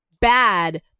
bad